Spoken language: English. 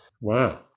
Wow